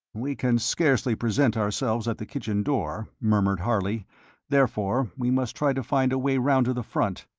we can scarcely present ourselves at the kitchen door, murmured harley therefore we must try to find a way round to the front.